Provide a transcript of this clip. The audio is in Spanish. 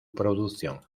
producción